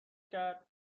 کرد